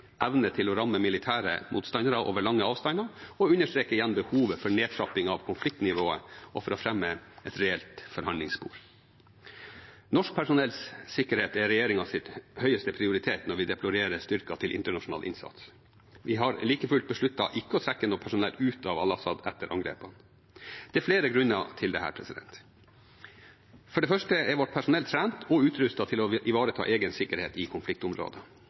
evne til å ramme militære motstandere over lange avstander og understreker igjen behovet for nedtrapping av konfliktnivået og for å fremme et reelt forhandlingsspor. Norsk personells sikkerhet er regjeringens høyeste prioritet når vi deployerer styrker til internasjonal innsats. Vi har like fullt besluttet ikke å trekke noe personell ut av Al-Assad etter angrepet. Det er flere grunner til dette. For det første er vårt personell trent og utrustet til å ivareta egen sikkerhet i